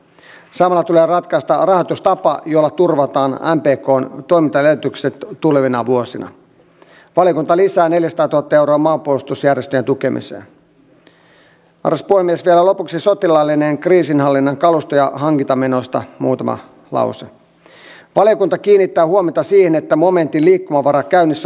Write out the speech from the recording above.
ja kyllä näihin haasteisiin mitkä meidät syksyllä yllättivät on mielestäni vastattu toimintaperiaatteita selkeyttämällä ja lisäresursoinneilla ja sillä lailla olemme olleet kyllä ajan hengessä kiinni että olemme pystyneet voimallisesti myös vastaamaan siihen tilanteeseen